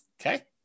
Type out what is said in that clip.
Okay